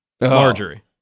Marjorie